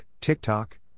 TikTok